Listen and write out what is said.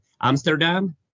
Amsterdam